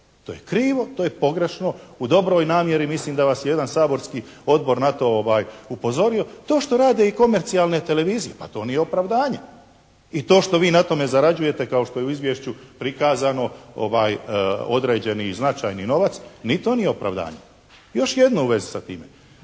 To je krivo, to je pogrešno. U dobroj namjeri mislim da vas je jedan saborski odbor na to upozorio. To što rade i komercijalne televizije. Pa to nije opravdanje. I to što vi na tome zarađujete kao što je u izvješću prikazano određeni i značajni novac, ni to nije opravdanje. Još jedno u vezi sa time.